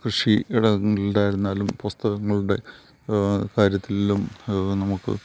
കൃഷി ഇടങ്ങളുണ്ടായിരുന്നാലും പുസ്തകങ്ങളുടെ കാര്യത്തിലും നമുക്ക്